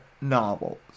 novels